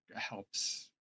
helps